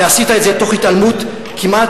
ועשית את זה תוך התעלמות כמעט,